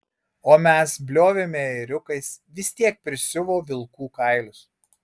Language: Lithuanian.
o mes bliovėme ėriukais vis tiek prisiuvo vilkų kailius